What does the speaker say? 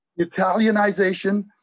Italianization